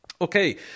Okay